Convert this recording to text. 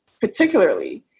particularly